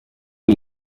iyo